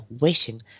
waiting